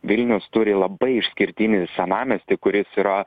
vilnius turi labai išskirtinį senamiestį kuris yra